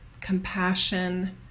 compassion